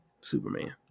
Superman